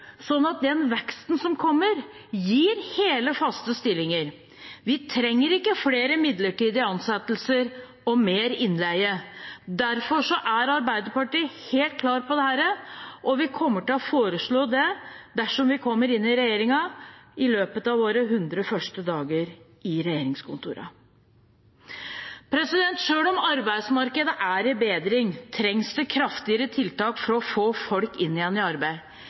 sånn at den veksten som kommer, gir hele, faste stillinger. Vi trenger ikke flere midlertidige ansettelser og mer innleie. Derfor er Arbeiderpartiet helt klar på dette, og vi kommer til å foreslå det – dersom vi kommer i regjering – i løpet av våre 100 første dager i regjeringskontorene. Selv om arbeidsmarkedet er i bedring, trengs det kraftigere tiltak for å få folk tilbake i arbeid.